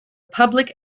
public